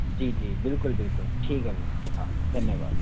जी जी बिल्कुल बिल्कुल ठीक है भैया हाँ धन्यवाद